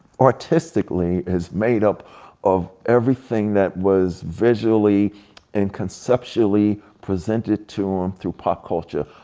artistically, is made up of everything that was visually and conceptually presented to em through pop culture.